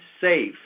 safe